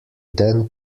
then